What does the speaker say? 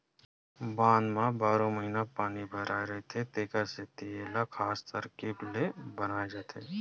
बांधा म बारो महिना पानी भरे रहना हे तेखर सेती एला खास तरकीब ले बनाए जाथे